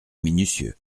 minutieux